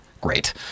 great